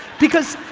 because,